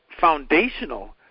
foundational